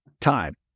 time